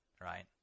Right